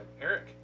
Eric